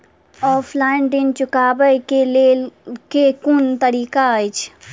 Offline ऋण चुकाबै केँ केँ कुन तरीका अछि?